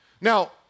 Now